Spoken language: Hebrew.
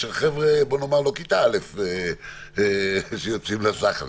זה לא כיתה א' שיוצאים לסחנה,